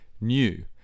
new